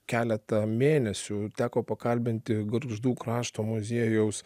keletą mėnesių teko pakalbinti gargždų krašto muziejaus